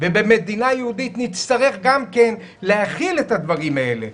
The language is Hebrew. בשמשי גם כיושב-ראש השדולה למען השבת,